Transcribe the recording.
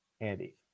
Andy